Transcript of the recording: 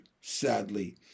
sadly